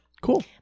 cool